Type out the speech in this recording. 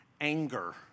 anger